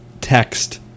text